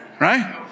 Right